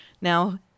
now